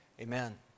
Amen